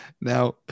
Now